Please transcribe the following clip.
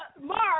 Mark